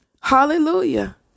Hallelujah